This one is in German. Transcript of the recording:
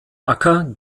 acker